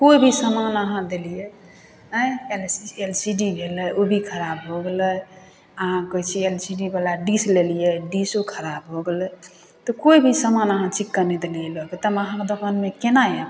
कोइ भी समान अहाँ देलिए आँए L C L C D भेलै ओ भी खराब हो गेलै अहाँ कहै छिए एल सी डी वला डिश लेलिए डिशो खराब हो गेलै तऽ कोइ भी समान अहाँ चिक्कन नहि देलिए लऽके तऽ हम अहाँके दोकानमे कोना आएब आँए